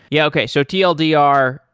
yeah, okay. so tldr,